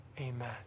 amen